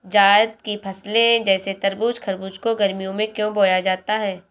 जायद की फसले जैसे तरबूज़ खरबूज को गर्मियों में क्यो बोया जाता है?